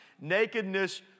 nakedness